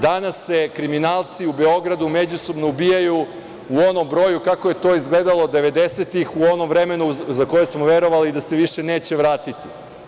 Danas se kriminalci u Beogradu međusobno ubijaju u onom broju kako je to izgledalo 90-ih, u onom vremenu za koje smo verovali da se više neće vratiti.